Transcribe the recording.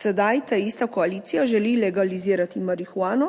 Sedaj ta ista koalicija želi legalizirati marihuano,